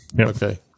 okay